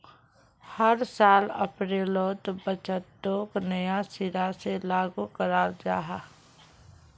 हर साल अप्रैलोत बजटोक नया सिरा से लागू कराल जहा